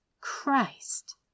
Christ